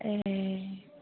ए